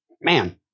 Man